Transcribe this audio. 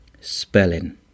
spelling